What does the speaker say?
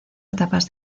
etapas